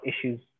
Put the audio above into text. issues